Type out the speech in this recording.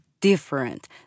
different